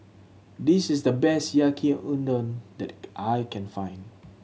this is the best Yaki Udon that I can find